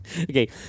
Okay